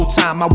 time